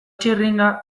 txirringa